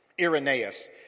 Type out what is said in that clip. Irenaeus